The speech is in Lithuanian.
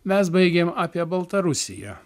mes baigėm apie baltarusiją